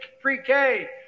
pre-K